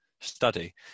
study